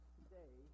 today